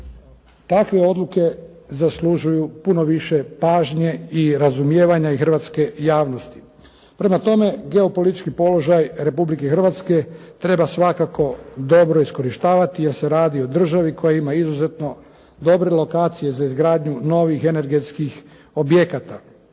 takve odluke zaslužuju puno više pažnje i razumijevanja i hrvatske javnosti. Prema tome geopolitički položaj Republike Hrvatske treba svakako dobro iskorištavati jer se radi o državi koja ima izuzetno dobre lokacije za izgradnju novih energetskih objekata.